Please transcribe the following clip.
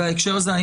בהקשר הזה,